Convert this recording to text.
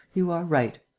you are right.